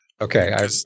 Okay